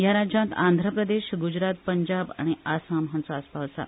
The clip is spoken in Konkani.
ह्या राज्यात आंध्रप्रदेश ग्रजरात पंजाब आनी आसाम हांचो आस्पाव आसा